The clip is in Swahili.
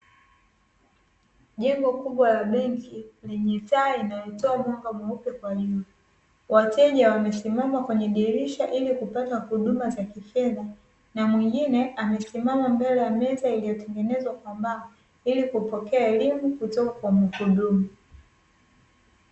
Jengo kubwa la benki lenye taa inayotoa mwanga mweupe kwa nyuma. Wateja wamesimama kwenye dirisha ili kupata huduma za kifedha, na mwingine amesimama mbele ya meza iliyotengenezwa kwa mbao ili kupokea elimu kutoka kwa mhudumu.